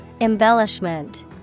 Embellishment